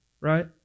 right